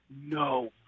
no